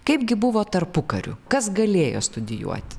kaipgi buvo tarpukariu kas galėjo studijuoti